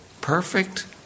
perfect